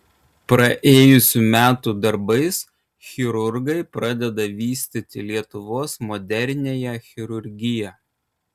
praėjusių metų darbais chirurgai pradeda vystyti lietuvos moderniąją chirurgiją